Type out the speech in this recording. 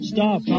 Stop